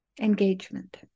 engagement